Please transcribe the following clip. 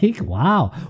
Wow